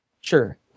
Sure